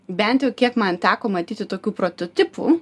bent jau kiek man teko matyti tokių prototipų